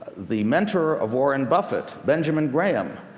the mentor of warren buffett, benjamin graham,